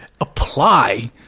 apply